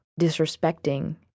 disrespecting